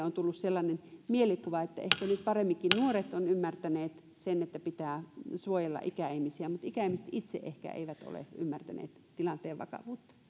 on tullut sellainen mielikuva että ehkä nyt paremminkin nuoret ovat ymmärtäneet sen että pitää suojella ikäihmisiä mutta ikäihmiset itse ehkä eivät ole ymmärtäneet tilanteen